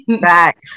back